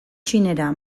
txinera